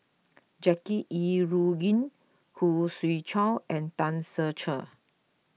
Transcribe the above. Jackie Yi Ru Ying Khoo Swee Chiow and Tan Ser Cher